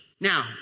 Now